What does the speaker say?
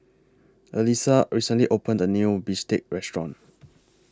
Alisa recently opened A New Bistake Restaurant